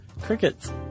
crickets